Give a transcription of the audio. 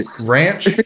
Ranch